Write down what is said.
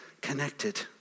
connected